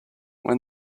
when